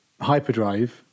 hyperdrive